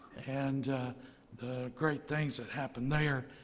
and the great things that happened there.